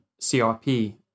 CRP